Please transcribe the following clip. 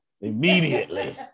Immediately